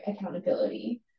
accountability